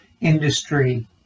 industry